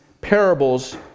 parables